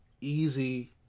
easy